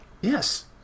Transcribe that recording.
Yes